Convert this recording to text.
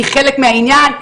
היא חלק מהעניין,